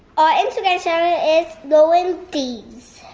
our instagram sharer is lauryn d.